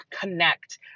connect